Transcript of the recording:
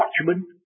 watchman